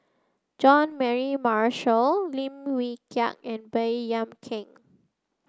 Jean Mary Marshall Lim Wee Kiak and Baey Yam Keng